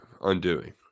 undoing